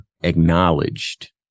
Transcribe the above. acknowledged